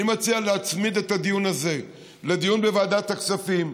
אני מציע להצמיד את הדיון הזה לדיון בוועדת הכספים,